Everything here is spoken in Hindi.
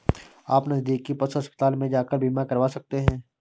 आप नज़दीकी पशु अस्पताल में जाकर बीमा करवा सकते है